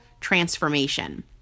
transformation